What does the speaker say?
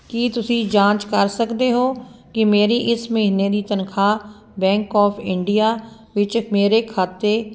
ਕੀ ਤੁਸੀਂਂ ਜਾਂਚ ਕਰ ਸਕਦੇ ਹੋ ਕੀ ਮੇਰੀ ਇਸ ਮਹੀਨੇ ਦੀ ਤਨਖਾਹ ਬੈਂਕ ਓਫ ਇੰਡੀਆ ਵਿੱਚ ਮੇਰੇ ਖਾਤੇ